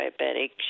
diabetic